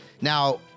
now